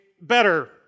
better